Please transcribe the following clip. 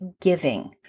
giving